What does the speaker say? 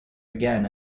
again